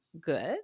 good